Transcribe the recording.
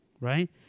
right